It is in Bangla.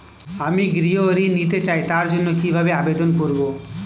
আমি গৃহ ঋণ নিতে চাই তার জন্য কিভাবে আবেদন করব?